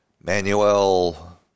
Manuel